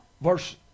Verse